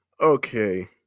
okay